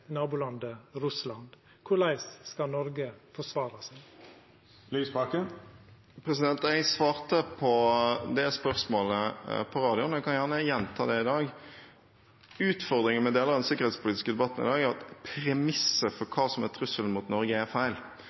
nabolandet Russland, korleis skal Noreg forsvara seg? Jeg svarte på det spørsmålet på radioen, og jeg kan gjerne gjenta det i dag. Utfordringen med deler av den sikkerhetspolitiske debatten i dag er at premisset for hva som er trusselen mot Norge, er feil.